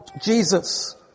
Jesus